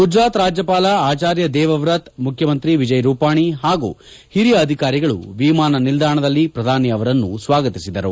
ಗುಜರಾತ್ ರಾಜ್ಯಪಾಲ ಆಚಾರ್ಯ ದೇವವ್ರತ್ ಮುಖ್ಯಮಂತ್ರಿ ವಿಜಯ್ ರೂಪಾಣಿ ಹಾಗೂ ಹಿರಿಯ ಅಧಿಕಾರಿಗಳು ವಿಮಾನ ನಿಲ್ದಾಣದಲ್ಲಿ ಪ್ರಧಾನಿ ಅವರನ್ನು ಸ್ವಾಗತಿಸಿದರು